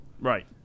Right